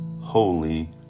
holy